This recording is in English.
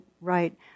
right